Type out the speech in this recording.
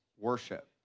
worship